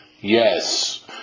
Yes